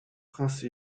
prince